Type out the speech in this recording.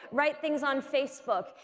write things on facebook,